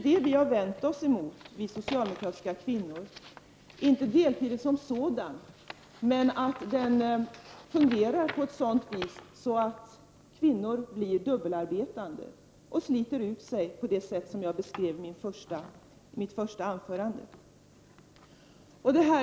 Det har vi socialdemokratiska kvinnor vänt oss emot, inte deltiden som sådan men mot att det fungerar på det sättet att kvinnor blir dubbelarbetande och sliter ut sig, så som jag beskrev i mitt första anförande.